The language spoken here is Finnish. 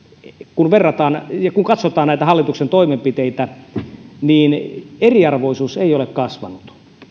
kun verrataan ja kun katsotaan näitä hallituksen toimenpiteitä eriarvoisuus ei ole kasvanut